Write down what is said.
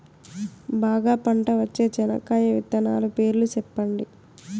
బాగా పంట వచ్చే చెనక్కాయ విత్తనాలు పేర్లు సెప్పండి?